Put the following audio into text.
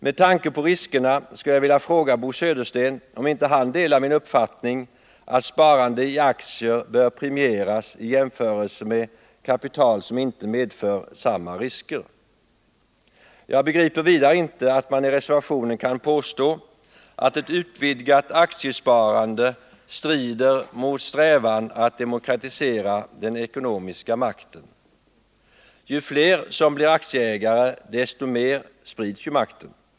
Med tanke på riskerna i samband med aktiesparandet skulle jag vilja fråga Bo Södersten om inte han delar min uppfattning att detta sparande bör premieras i förhållande till kapitalsatsningar som inte medför samma risker. Jag begriper vidare inte att man i reservationen kan påstå att ett utvidgat aktiesparande strider mot strävan att demokratisera den ekonomiska makten. Ju fler som blir aktieägare, desto mer sprids ju makten.